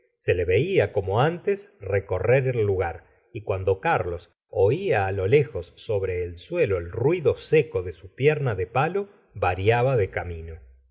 se le veía como antes recorrer el lugar y cuando carlos oia á lo lejos sobre el suelo el ruido seco de su pierna de palo variaba de camino